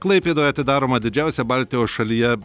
klaipėdoje atidaroma didžiausia baltijos šalyje